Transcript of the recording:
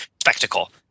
spectacle